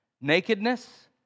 nakedness